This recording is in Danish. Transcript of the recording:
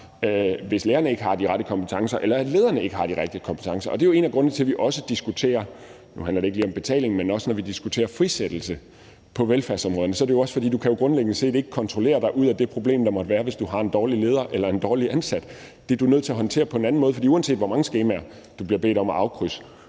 hvis lærerne ikke har de rette kompetencer, eller hvis lederne ikke har de rigtige kompetencer, og det er jo en af grundene til, at vi også diskuterer – men nu handler det ikke lige om betalingen – frisættelse på velfærdsområderne. Det er, fordi du jo grundlæggende set ikke kan kontrollere dig ud af det problem, der måtte være, hvis du har en dårlig leder eller en dårlig ansat. Det er du nødt til at håndtere på en anden måde, for uanset hvor mange skemaer du bliver bedt om at afkrydse,